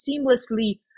seamlessly